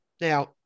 Now